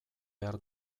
behar